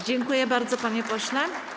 Dziękuję bardzo, panie pośle.